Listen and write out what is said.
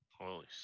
Holy